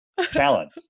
challenge